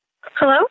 hello